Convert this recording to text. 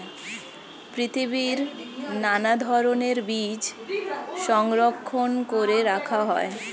পৃথিবীর নানা ধরণের বীজ সংরক্ষণ করে রাখা হয়